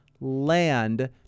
land